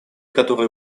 которые